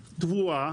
תבואה,